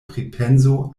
pripenso